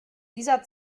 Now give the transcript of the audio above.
dieser